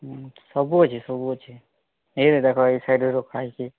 ଉଁ ସବୁ ଅଛି ସବୁ ଅଛି ଏଇଠି ଦେଖ ଏଇ ସାଇଡ଼ରେ ରଖା ହେଇଛି